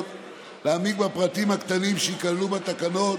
להעמיק בפרטים הקטנים שייכללו בתקנות,